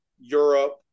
Europe